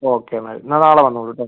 okay madam എന്നാ നാളെ വന്നോളൂ ട്ടോ